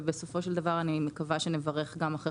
ובסופו של דבר אני מקווה שנברך גם אחרי